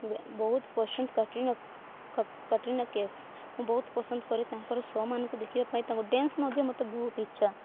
ବହୁତ ପସନ୍ଦ Katrina Katrina Kaif ମୁଁ ବହୁତ ପସନ୍ଦ କରେ ତାଙ୍କର ଶୋ ମାନଙ୍କୁ ଦେଖିବା ପାଇଁ ତାଙ୍କ ଡ୍ୟାନ୍ସ ମଧ୍ୟ ମତେ ବହୁତ ଇଚ୍ଛା